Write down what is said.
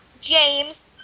James